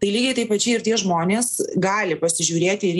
tai lygiai taip pačiai ir tie žmonės gali pasižiūrėti ir